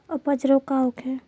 अपच रोग का होखे?